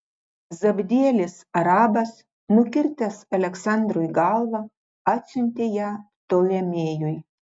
zabdielis arabas nukirtęs aleksandrui galvą atsiuntė ją ptolemėjui